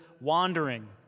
wandering